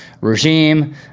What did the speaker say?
regime